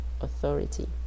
authority